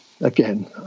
again